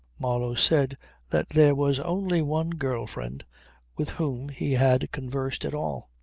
marlow said that there was only one girl-friend with whom he had conversed at all.